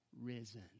risen